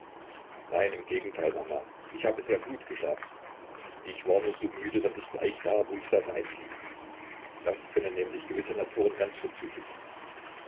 nein im gegenteil mama ich habe sehr gut geschlafen ich war nur so müde daß ich gleich da wo ich saß einschlief das können nämlich gewisse naturen ganz vorzüglich